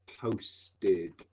posted